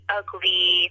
ugly